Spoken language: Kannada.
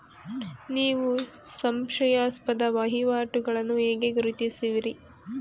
ನೀವು ಸಂಶಯಾಸ್ಪದ ವಹಿವಾಟುಗಳನ್ನು ಹೇಗೆ ಗುರುತಿಸುವಿರಿ?